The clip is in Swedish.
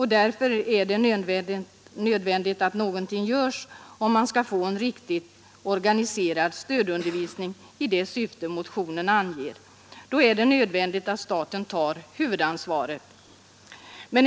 Därför är det nödvändigt att någonting görs. Om man skall få en riktigt organiserad stödundervisning i det syfte motionen anger är det nödvändigt att staten tar huvudansvaret.